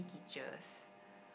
teachers